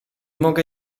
mogę